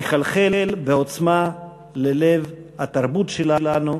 יחלחל בעוצמה ללב התרבות שלנו.